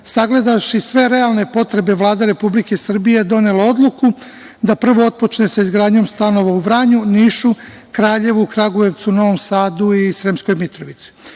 snaga. Sagledavši sve realne potrebe, Vlada Republike Srbije je donela odluku da prvo otpočne sa izgradnjom stanova u Vranju, Nišu, Kraljevu, Kragujevcu, Novom Sadu i u Sremskoj Mitrovici.